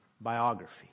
biography